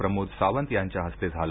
प्रमोद सावंत यांच्या हस्ते झालं